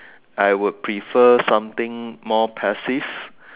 I would prefer something more passive